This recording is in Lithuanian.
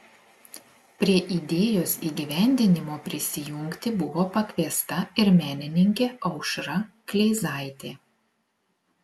prie idėjos įgyvendinimo prisijungti buvo pakviesta ir menininkė aušra kleizaitė